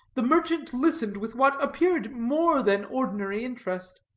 the merchant listened with what appeared more than ordinary interest.